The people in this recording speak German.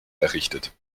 errichtet